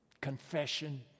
Confession